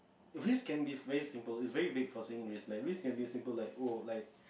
risk can be very simple is very vague for saying risk like risk can be simple like !wow! like